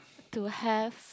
to have